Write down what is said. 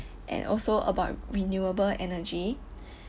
and also about renewable energy